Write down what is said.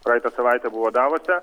praeitą savaitę buvo davose